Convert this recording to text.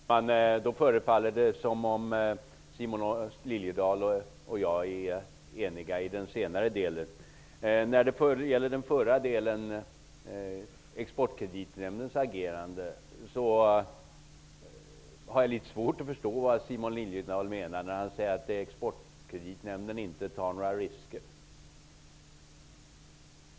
Fru talman! Det förefaller som om Simon Liliedahl och jag är eniga i den senare delen. När det gäller Exportkreditnämndens agerande har jag svårt att förstå vad Simon Liliedahl menar. Han säger att Exportkreditnämnden inte tar några risker.